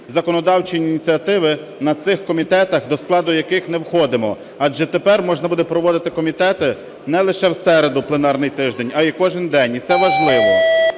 законодавчі ініціативи на цих комітетах, до складу яких не входимо. Адже тепер можна буде проводити комітети не лише в середу пленарний тиждень, а і кожен день, і це важливо.